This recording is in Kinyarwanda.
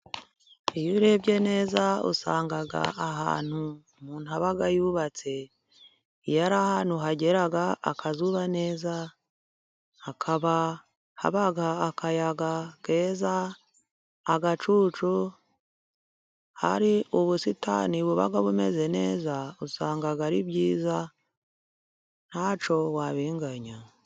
Iyo urebye neza usanga ahantu umuntu aba yubatse iyo ari ahantu hagera akazuba neza, hakaba akayaga keza, agacucu, hari ubusitani buba bumeze neza, usanga ari byiza ntacyo wabinganya.